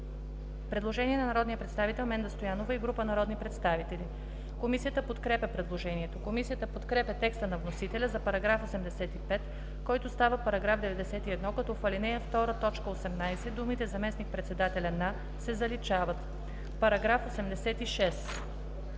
предложение на народния представител Менда Стоянова и група народни представители. Комисията подкрепя предложението. Комисията подкрепя текста на вносителя за § 85, който става § 91, като в ал. 2, т. 18 думите „заместник-председателя на“ се заличават. По § 86